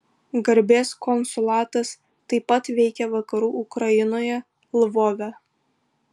garbės konsulatas taip pat veikia vakarų ukrainoje lvove